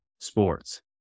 sports